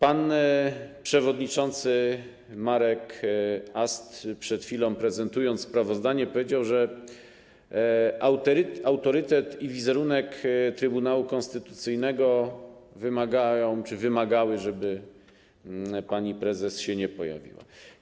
Pan przewodniczący Marek Ast, przed chwilą prezentując sprawozdanie, powiedział, że autorytet i wizerunek Trybunału Konstytucyjnego wymagają czy wymagały, żeby pani prezes się nie pojawiła.